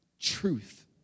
truth